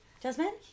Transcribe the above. Jasmine